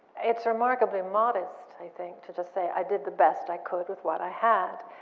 it's remarkably modest, i think, to just say i did the best i could with what i had.